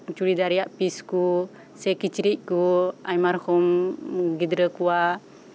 ᱪᱩᱲᱤᱫᱟᱨ ᱨᱮᱭᱟᱜ ᱯᱤᱥ ᱠᱚ ᱥᱮ ᱠᱤᱪᱨᱤᱪ ᱠᱚ ᱟᱭᱢᱟ ᱨᱚᱠᱚᱢ ᱜᱤᱫᱽᱨᱟᱹ ᱠᱚᱣᱟᱜ